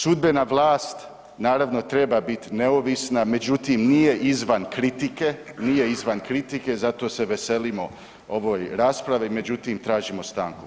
Sudbena vlast naravno treba biti neovisna međutim nije izvan kritike, nije izvan kritike zato s veselimo ovoj raspravi, međutim tražimo stanku.